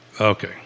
Okay